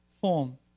form